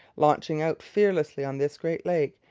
launching out fearlessly on this great lake,